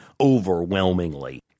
overwhelmingly